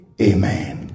Amen